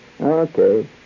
Okay